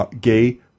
gay